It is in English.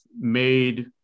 made